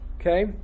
Okay